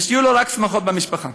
ושיהיו לו רק שמחות במשפחה."